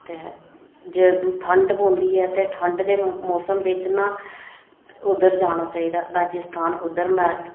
ते जदूं ठंड पौंदी ऐ ते ठंड दे मौसम बिच ना ते उद्धर जाना चाहिदा राजस्थान उद्धर